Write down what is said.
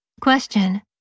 Question